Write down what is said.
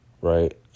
right